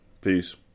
Peace